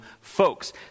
folks